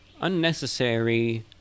unnecessary